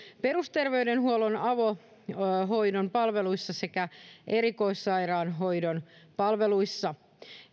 perusterveydenhuollon avohoidon palveluissa sekä erikoissairaanhoidon palveluissa